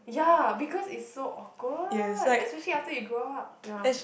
ya because it's so awkward especially after you grow up yeah